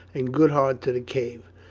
and goodhart to the cave.